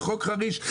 חוק חריש,